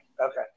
okay